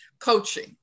coaching